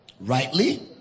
rightly